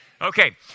Okay